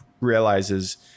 realizes